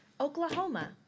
Oklahoma